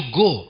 go